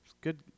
good